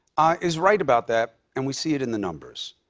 is right about that, and we see it in the numbers.